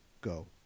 Go